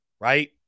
right